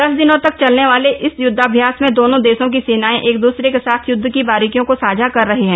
दस दिनों तक चलने वाले इस युद्धाभ्यास में दोनों देशों की सेनाएं एक दूसरे के साथ युद्ध की बारीकियों को साझा कर रहे हैं